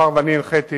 אני הנחיתי